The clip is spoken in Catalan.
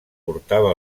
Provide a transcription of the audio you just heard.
portava